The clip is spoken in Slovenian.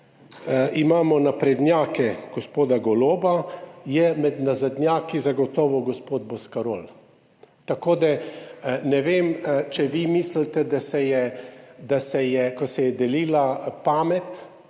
med naprednjaki gospoda Goloba, je med nazadnjaki zagotovo gospod Boscarol. Tako da ne vem, če vi mislite, da se je, ko se je delila pamet,